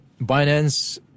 Binance